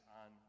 on